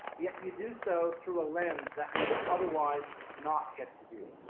yet, you do so through a lens that we would otherwise not get to view.